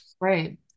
right